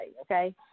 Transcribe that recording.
okay